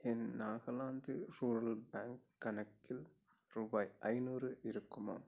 என் Nagaland rural bank கணக்கில் ரூபாய் ஐந்நூறு இருக்குமா